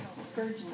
Spurgeon